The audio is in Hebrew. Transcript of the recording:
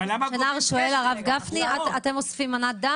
אבל למה --- הרב גפני אומר שאתם אוספים מנת דם